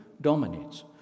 dominates